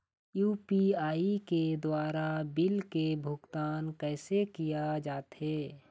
UPI के द्वारा bill के भुगतान कैसे किया जाथे?